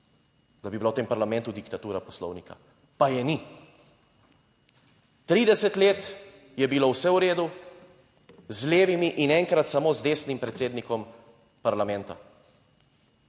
da bi bila v tem parlamentu diktatura poslovnika, pa je ni. 30 let je bilo vse v redu z levimi in enkrat samo z desnim predsednikom parlamenta.